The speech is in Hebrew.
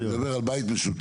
אני מדבר על בית משותף,